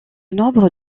nombre